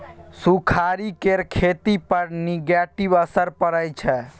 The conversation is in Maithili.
सुखाड़ि केर खेती पर नेगेटिव असर परय छै